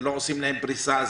ולא עושים להם פריסה.